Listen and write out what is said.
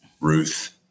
Ruth